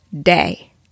day